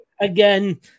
Again